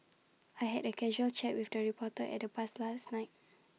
I had A casual chat with the reporter at the bars last night